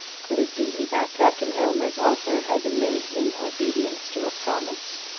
could it be that captain aylmer's offer had been made in obedience to a promise?